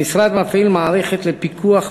המשרד מפעיל מערכת לפיקוח רציף,